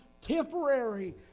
temporary